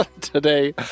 Today